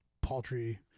paltry